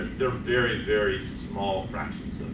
they're very very small fractions,